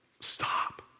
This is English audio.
Stop